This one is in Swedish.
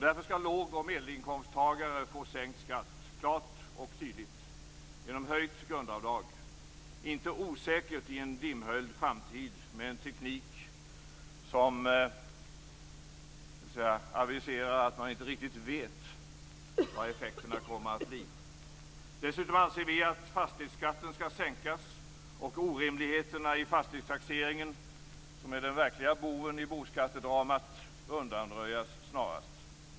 Därför skall låg och medelinkomsttagare få sänkt skatt, klart och tydligt, genom höjt grundavdrag, inte osäkert i en dimhöljd framtid med en teknik som aviserar att man inte riktigt vet vad effekterna kommer att bli. Dessutom anser vi att fastighetsskatten skall sänkas och orimligheterna i fastighetstaxeringen - som är den verkliga boven i boskattedramat - undanröjas snarast.